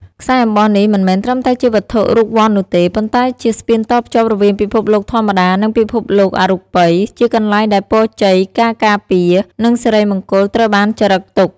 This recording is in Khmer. ខ្សែអំបោះនេះមិនមែនត្រឹមតែជាវត្ថុរូបវន្តនោះទេ ប៉ុន្តែជា ស្ពានតភ្ជាប់រវាងពិភពលោកធម្មតា និងពិភពលោកអរូបី ជាកន្លែងដែលពរជ័យ ការការពារ និងសិរីមង្គលត្រូវបានចារឹកទុក។